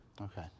Okay